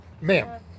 ma'am